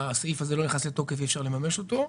הסעיף הזה לא נכנס לתוקף ואי אפשר לממש אותו,